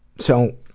so,